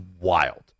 wild